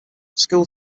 school